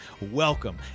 welcome